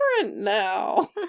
now